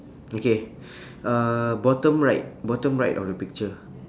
okay uh bottom right bottom right of the picture